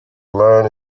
learn